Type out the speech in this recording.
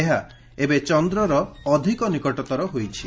ଏହା ଏବେ ଚନ୍ଦ୍ରର ଅଧିକ ନିକଟତର ହୋଇଛି